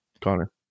Connor